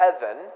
heaven